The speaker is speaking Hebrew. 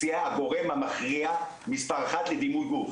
זה יהיה הגורם המכריע מספר אחד לדימוי גוף,